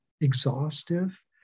Exhaustive